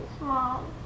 mom